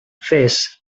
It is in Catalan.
fes